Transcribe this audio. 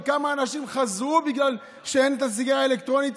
וכמה אנשים חזרו בגלל שאין סיגריה אלקטרונית,